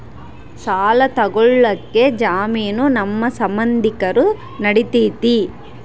ಸಾಲ ತೊಗೋಳಕ್ಕೆ ಜಾಮೇನು ನಮ್ಮ ಸಂಬಂಧಿಕರು ನಡಿತೈತಿ?